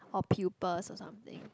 or pupas or something